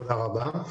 תודה רבה.